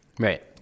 Right